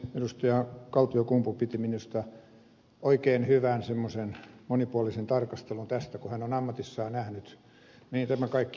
edustaja kaltiokumpu piti minusta oikein hyvän monipuolisen tarkastelun tästä kun hän on ammatissaan nähnyt mihin tämä kaikki johtaa